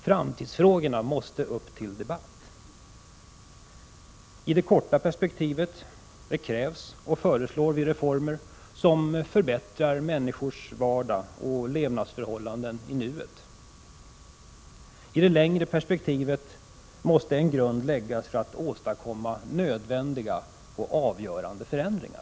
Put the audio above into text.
Framtidsfrågorna måste tas upp till debatt. I det korta perspektivet krävs reformer som förbättrar människors vardag och levnadsförhållanden i nuet. I det längre perspektivet måste en grund läggas för att åstadkomma nödvändiga och avgörande förändringar.